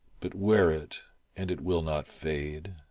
but wear it and it will not fade.